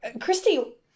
Christy